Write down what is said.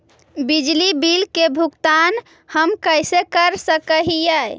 बिजली बिल के भुगतान हम कैसे कर सक हिय?